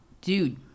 dude